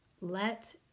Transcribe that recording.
Let